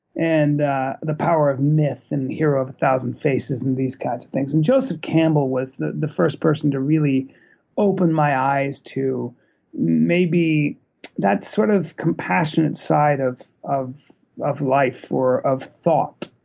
and ah the power of myth, and the hero of a thousand faces, and these kinds of things. and joseph campbell was the the first person to really open my eyes to maybe that sort of compassionate side of of life, or of thought.